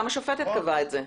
גם השופטת קבעה את זה.